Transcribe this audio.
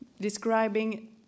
describing